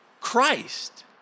Christ